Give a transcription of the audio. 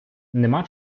нема